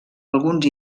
alguns